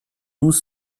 tous